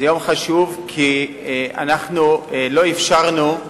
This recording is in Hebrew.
זה יום חשוב כי אנחנו לא אפשרנו,